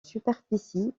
superficie